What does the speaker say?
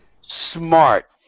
smart